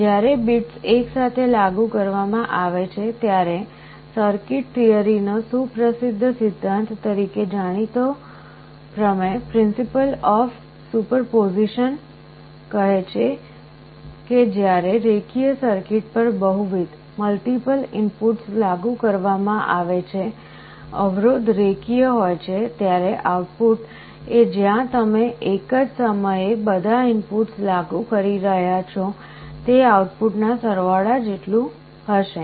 જ્યારે બીટ્સ એકસાથે લાગુ કરવા માં આવે છે ત્યારે સર્કિટ થિયરી નો સુપ્રસિદ્ધ સિદ્ધાંત તરીકે જાણીતો પ્રમેય principle of superposition કહે છે કે જ્યારે રેખીય સર્કિટ પર બહુવિધ ઇનપુટ્સ લાગુ કરવા માં આવે છે અવરોધ રેખીય હોય છે ત્યારે આઉટપુટ એ જ્યાં તમે એક જ સમયે બધા ઇનપુટ્સ લાગુ કરી રહ્યા છો તે આઉટપુટના સરવાળો જેટલું હશે